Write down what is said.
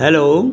hello